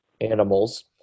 animals